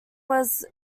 was